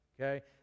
Okay